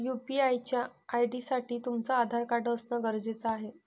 UPI च्या ID साठी तुमचं आधार कार्ड असण गरजेच आहे